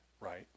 right